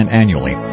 annually